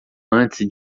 antes